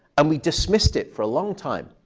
and we dismissed it for a long time.